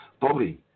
Bobby